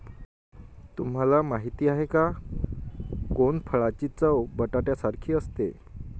तुम्हाला माहिती आहे का? कोनफळाची चव बटाट्यासारखी असते